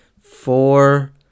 four